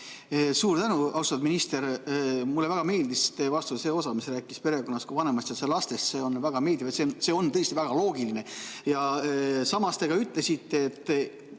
Suur tänu! Austatud minister! Mulle väga meeldis teie vastuse see osa, mis rääkis perekonnast kui vanematest ja lastest. See on väga meeldiv, see on tõesti väga loogiline. Samas te ka ütlesite, et